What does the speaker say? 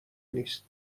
نیست